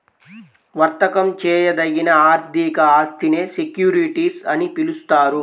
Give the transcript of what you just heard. వర్తకం చేయదగిన ఆర్థిక ఆస్తినే సెక్యూరిటీస్ అని పిలుస్తారు